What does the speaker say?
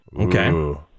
Okay